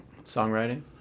songwriting